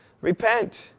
Repent